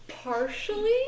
partially